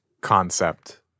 concept